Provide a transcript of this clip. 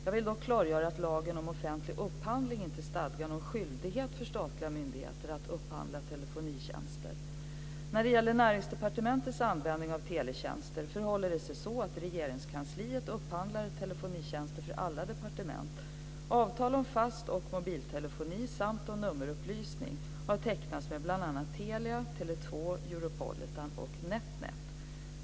Jag vill dock klargöra att lagen om offentlig upphandling inte stadgar någon skyldighet för statliga myndigheter att upphandla telefonitjänster. När det gäller Näringsdepartementets användning av teletjänster förhåller det sig så att Regeringskansliet upphandlar telefonitjänster för alla departement. Europolitan och Netnet.